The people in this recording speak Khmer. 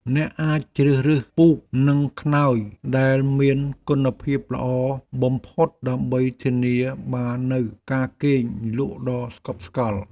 អ្នកអាចជ្រើសរើសពូកនិងខ្នើយដែលមានគុណភាពល្អបំផុតដើម្បីធានាបាននូវការគេងលក់ដ៏ស្កប់ស្កល់។